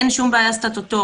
אין שום בעיה סטטוטורית.